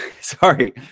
sorry